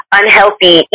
unhealthy